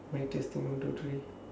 mic testing one two three